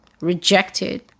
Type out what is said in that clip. rejected